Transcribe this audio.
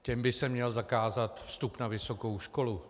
Těm by se měl zakázat vstup na vysokou školu.